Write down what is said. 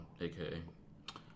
A-K-A